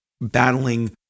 battling